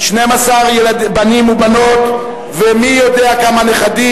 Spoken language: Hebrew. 12 בנים ובנות ומי יודע כמה נכדים.